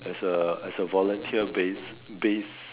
as a as a volunteer base base